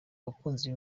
bakunzi